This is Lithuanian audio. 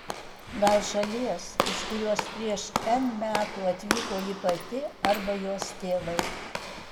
gal šalies iš kurios prieš n metų atvyko ji pati arba jos tėvai